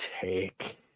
take